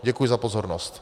Děkuji za pozornost.